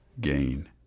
gain